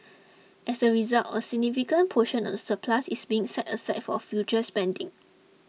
as a result a significant portion of the surplus is being set aside for future spending